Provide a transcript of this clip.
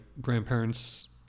grandparents